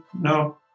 no